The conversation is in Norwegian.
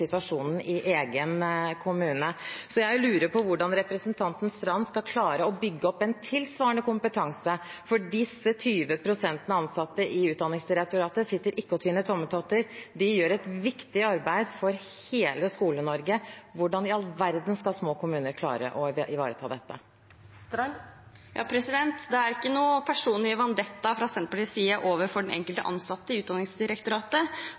situasjonen i egen kommune? Jeg lurer på hvordan representanten Knutsdatter Strand mener man skal klare å bygge opp en tilsvarende kompetanse. Disse 20 pst. ansatte i Utdanningsdirektoratet sitter ikke og tvinner tommeltotter. De gjør et viktig arbeid for hele Skole-Norge. Hvordan i all verden skal små kommuner klare å ivareta dette? Det er ingen personlig vendetta fra Senterpartiets side overfor den enkelte ansatte i Utdanningsdirektoratet.